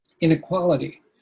inequality